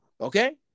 Okay